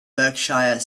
berkshire